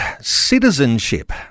citizenship